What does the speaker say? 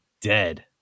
dead